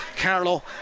Carlo